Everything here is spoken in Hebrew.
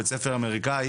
בית ספר אמריקאי,